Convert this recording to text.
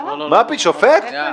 שופט?